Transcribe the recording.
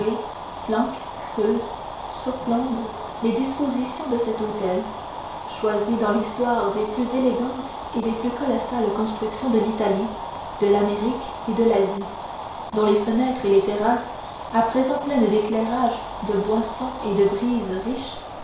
flanquent creusent surplombent les dispositions de cet hôtel choisies dans l'histoire des plus élégantes et des plus colossales constructions de l'italie de l'amérique et de l'asie dont les fenêtres et les terrasses à présent pleines d'éclairages de boissons et de brises riches